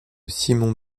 simon